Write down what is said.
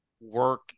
work